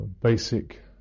basic